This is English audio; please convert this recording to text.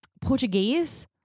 Portuguese